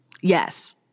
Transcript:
Yes